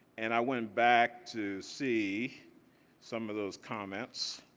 and i went back to see some of those comments